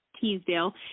Teasdale